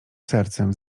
sercem